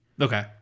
Okay